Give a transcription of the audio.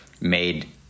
made